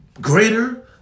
greater